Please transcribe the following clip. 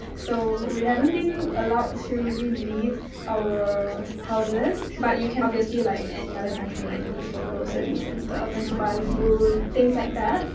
so, we haven't been allowed to really leave our houses. but, you can obviously like any other country, like, leave for groceries and stuff. and to buy food. things like that.